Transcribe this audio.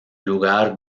lugar